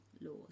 laws